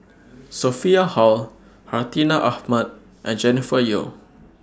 Sophia Hull Hartinah Ahmad and Jennifer Yeo